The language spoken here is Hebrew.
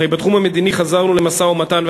הרי בתחום המדיני חזרנו למשא-ומתן.